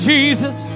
Jesus